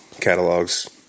catalogs